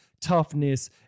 toughness